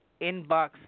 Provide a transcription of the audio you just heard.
Inbox